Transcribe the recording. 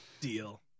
Deal